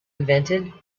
invented